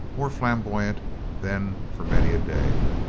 more flam boyant than for many a day.